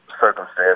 circumstance